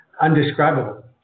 undescribable